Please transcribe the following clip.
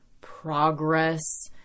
progress